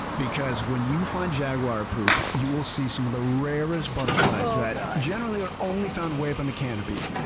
because when you find jaguar poop, you will see some of the rarest butterflies that generally are only found way up in the canopy,